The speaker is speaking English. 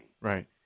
Right